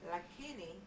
Lakini